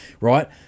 right